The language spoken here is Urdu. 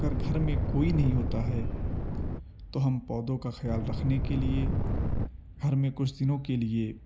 اگر گھر میں کوئی نہیں ہوتا ہے تو ہم پودوں کا خیال رکھنے کے لیے گھر میں کچھ دنوں کے لیے ایک